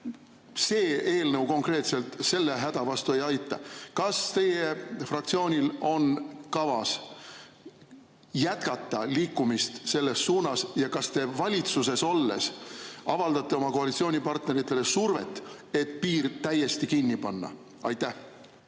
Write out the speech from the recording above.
See eelnõu konkreetselt selle häda vastu ei aita. Kas teie fraktsioonil on kavas jätkata liikumist selles suunas? Ja kas te valitsuses olles avaldate oma koalitsioonipartneritele survet, et piir täiesti kinni panna? Aitäh!